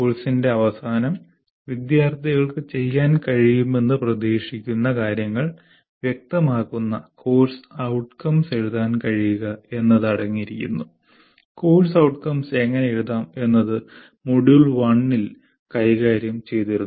കോഴ്സിന്റെ അവസാനം വിദ്യാർത്ഥികൾക്ക് ചെയ്യാൻ കഴിയുമെന്ന് പ്രതീക്ഷിക്കുന്ന കാര്യങ്ങൾ വ്യക്തമാക്കുന്ന കോഴ്സ് outcomes എഴുതാൻ കഴിയുക എന്നത് അടങ്ങിയിരിക്കുന്നു കോഴ്സ് outcomes എങ്ങനെ എഴുതാം എന്നത് മൊഡ്യൂൾ 1 ൽ കൈകാര്യം ചെയ്തിരുന്നു